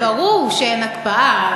זה ברור שאין הקפאה,